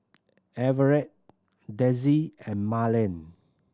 Everet Dezzie and Marland